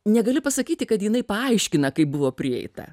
negali pasakyti kad jinai paaiškina kaip buvo prieita